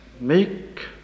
make